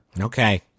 Okay